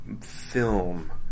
film